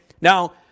Now